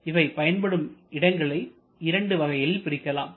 இவை பயன்படும் இடங்களை இரண்டு வகையில் பிரிக்கலாம்